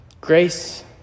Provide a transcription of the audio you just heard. Grace